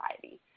society